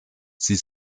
sie